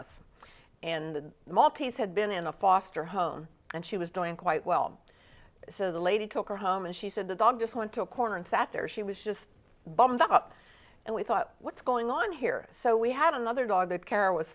us and the maltese had been in a foster home and she was doing quite well so the lady took her home and she said the dog just went to a corner and sat there she was just bummed up and we thought what's going on here so we had another dog t